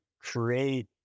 create